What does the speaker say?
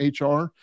hr